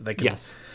Yes